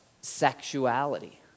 sexuality